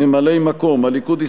ממלאי-מקום: הליכוד,